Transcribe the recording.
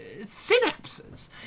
synapses